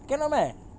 cannot meh